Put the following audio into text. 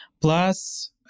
Plus